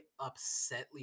upsetly